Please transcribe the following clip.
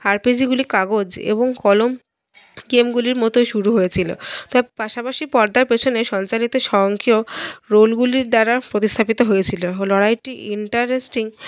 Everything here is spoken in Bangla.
আরপিজিগুলি কাগজ এবং কলম গেমগুলির মতোই শুরু হয়েছিল তাই পাশাপাশি পর্দার পেছনে সঞ্চালিত সঙ্গেও রোলগুলির দ্বারা প্রতিস্থাপিত হয়েছিল লড়াইটি ইন্টারেস্টিং